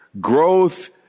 Growth